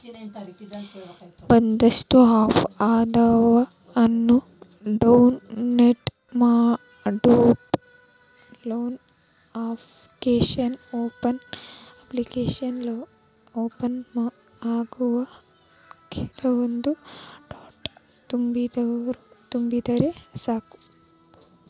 ಒಂದಿಷ್ಟ ಆಪ್ ಅದಾವ ಅವನ್ನ ಡೌನ್ಲೋಡ್ ಮಾಡ್ಕೊಂಡ ಲೋನ ಅಪ್ಲಿಕೇಶನ್ ಓಪನ್ ಆಗತಾವ ಕೇಳಿದ್ದ ಡೇಟೇಲ್ಸ್ ತುಂಬಿದರ ಸಾಕ